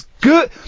good